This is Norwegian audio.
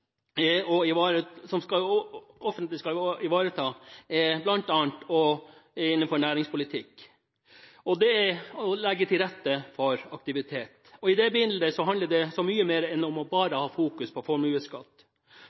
som det offentlige skal ivareta, er bl.a. innenfor næringspolitikk, og det er å legge til rette for aktivitet. I det bildet handler det om så mye mer enn bare å fokusere på formuesskatt.